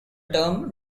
term